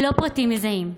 ללא פרטים מזהים,